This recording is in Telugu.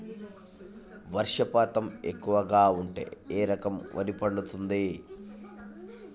వర్షపాతం ఎక్కువగా ఉంటే ఏ రకం వరి పండుతుంది?